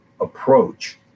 approach